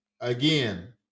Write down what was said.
again